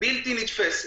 בלתי נתפס.